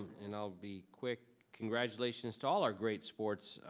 and i'll be quick. congratulations to all our great sports